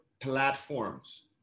platforms